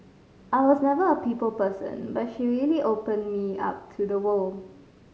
I was never a people person but she really open me up to the world